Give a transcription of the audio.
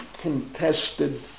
contested